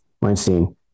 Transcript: Weinstein